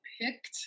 picked